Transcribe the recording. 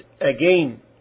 again